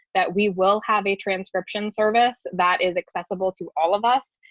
that we will have a transcription service that is accessible to all of us.